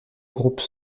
groupes